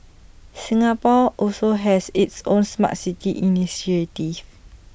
Singapore also has its own Smart City initiative